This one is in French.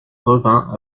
revint